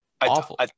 awful